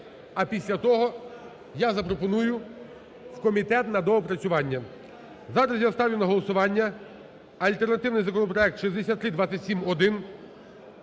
а після того я запропоную в комітет на доопрацювання. Зараз я ставлю на голосування альтернативний законопроект 6327-1